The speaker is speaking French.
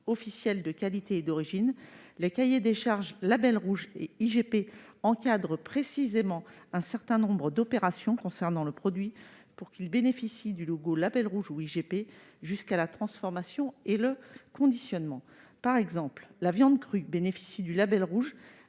officiels de qualité et d'origine : leurs cahiers des charges encadrent précisément un certain nombre d'opérations concernant le produit pour que celui-ci bénéficie du logo label rouge ou IGP, jusqu'à la transformation et le conditionnement. Par exemple, la viande crue bénéficie du label rouge,